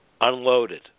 unloaded